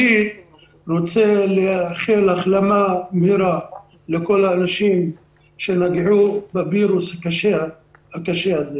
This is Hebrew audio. אני רוצה לאחל החלמה מהירה לכל האנשים שנגעו בווירוס הקשה הזה.